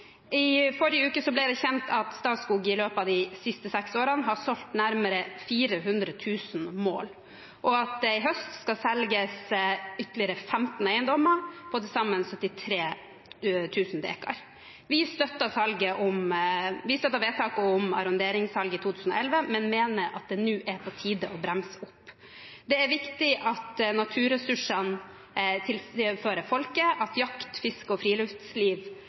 I forrige uke ble det kjent at Statskog i løpet av de siste seks årene har solgt nærmere 400 000 mål, og at det i høst skal selges ytterligere 15 eiendommer, på til sammen 73 000 dekar. Vi støttet vedtaket om arronderingssalg i 2011, men mener at det nå er på tide å bremse opp. Det er viktig at naturressursene tilhører folket, at jakt, fiske og friluftsliv